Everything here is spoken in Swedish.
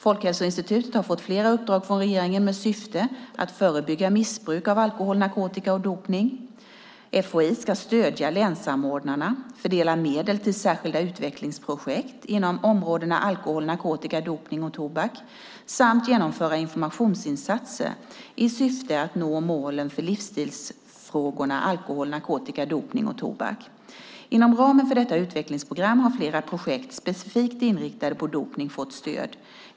Folkhälsoinstitutet har fått flera uppdrag från regeringen med syfte att förebygga missbruk av alkohol, narkotika och dopning. FHI ska stödja länssamordnarna, fördela medel till särskilda utvecklingsprojekt inom områdena alkohol, narkotika, dopning och tobak samt genomföra informationsinsatser i syfte att nå målen för livsstilsfrågorna alkohol, narkotika, dopning och tobak. Inom ramen för detta utvecklingsprogram har flera projekt specifikt inriktade på dopning fått stöd.